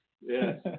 yes